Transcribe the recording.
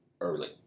early